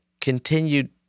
continued